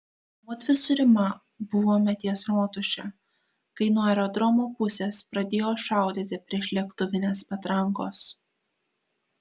mudvi su rima buvome ties rotuše kai nuo aerodromo pusės pradėjo šaudyti priešlėktuvinės patrankos